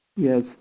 Yes